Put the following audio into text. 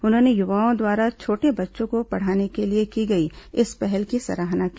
उन्होंने युवाओं द्वारा छोटे बच्चों को पढ़ाने के लिए की गई इस पहल की सराहना की